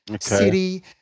City